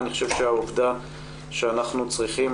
אני חושב שהעובדה שאנחנו צריכים